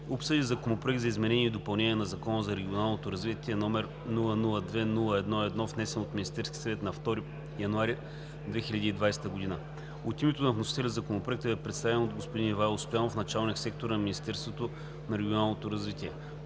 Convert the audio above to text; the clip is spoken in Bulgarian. обсъди Законопроект за изменение и допълнение на Закона за регионалното развитие, № 002-01-1, внесен от Министерския съвет на 2 януари 2020 г. От името на вносителя Законопроектът бе представен от господин Ивайло Стоянов – началник сектор в Министерството на регионалното развитие